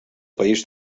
país